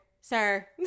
sir